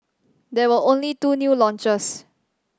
there were only two new launches